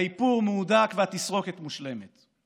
האיפור מהודק והתסרוקת מושלמת.